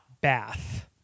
bath